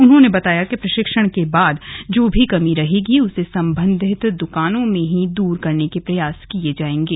उन्होंने बताया कि प्रशिक्षण के बाद जो भी कमी रहेगी उसे संबंधित दुकानों में ही दूर करने के प्रयास किए जाएंगे